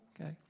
okay